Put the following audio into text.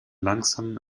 langsam